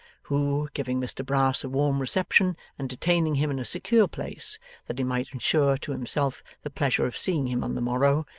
who, giving mr brass a warm reception and detaining him in a secure place that he might insure to himself the pleasure of seeing him on the morrow,